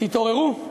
תתעוררו.